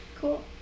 Cool